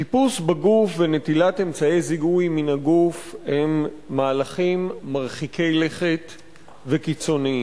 חיפוש בגוף ונטילת אמצעי זיהוי מן הגוף הם מהלכים מרחיקי לכת וקיצוניים.